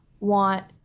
want